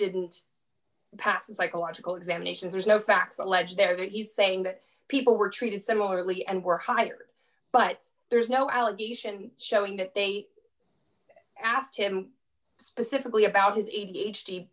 didn't pass a psychological examination there's no facts alleged there he's saying that people were treated similarly and were hired but there's no allegation showing that they i asked him specifically about his a